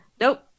Nope